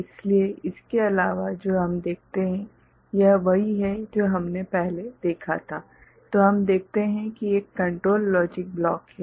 इसलिए इसके अलावा जो हम देखते हैं यह वही है जो हमने पहले देखा था जो हम देखते हैं कि एक कंट्रोल लॉजिक ब्लॉक है